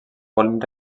volent